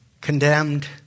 condemned